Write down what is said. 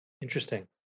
Interesting